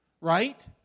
Right